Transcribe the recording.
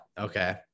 Okay